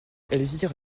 elvire